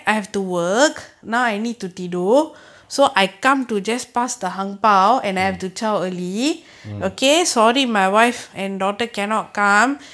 mm mm